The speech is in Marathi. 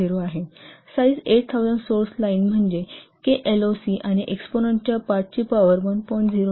0 आहे साईज 8000 सोर्स लाईन म्हणजे kloc आणि एक्सपोनंन्टच्या पार्टची पॉवर 1